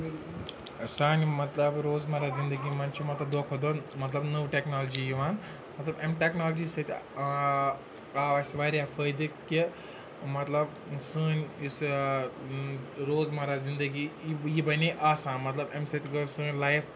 سانہِ مطلب روزمرہ زندگی منٛز چھِ مطلب دۄہ کھۄتہٕ دۄہ مطلب نٔو ٹٮ۪کنالجی یِوان مطلب اَمہِ ٹٮ۪کنالجی سۭتۍ آو اَسہِ واریاہ فٲیدٕ کہِ مطلب سٲنۍ یُس روزمرہ زندگی یہِ یہِ بَنے آسان مطلب اَمہِ سۭتۍ گوٚو سٲنۍ لایف